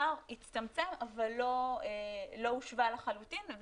הפער הצטמצם אבל לא הושווה לחלוטין,